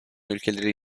ülkeleri